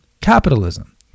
capitalism